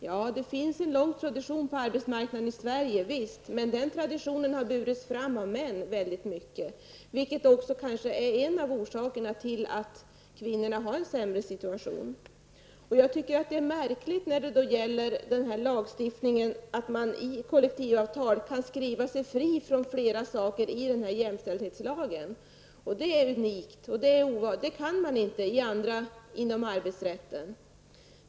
Javisst finns det en lång tradition på arbetsmarknaden i Sverige, men den traditionen har burits fram av männen i väldigt hög grad, vilket också är en av orsakerna till att kvinnorna har en sämre situation än männen. Jag tycker att det är märkligt när det gäller lagstiftningen att man i kollektivavtal kan skriva sig fri från flera saker i jämställdhetslagen. Det är unikt. Det kan man inte göra i andra sammanhang inom arbetsrätten.